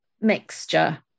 mixture